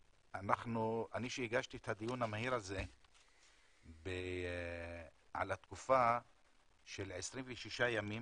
אני כשהגשתי את הדיון המהיר הזה על התקופה של 26 ימים